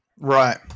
Right